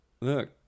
Look